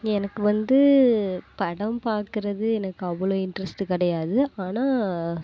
எனக்கு வந்து படம் பார்க்குறது எனக்கு அவ்வளோ இன்ட்ரஸ்ட் கிடையாது ஆனால்